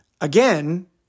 Again